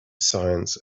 science